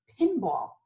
pinball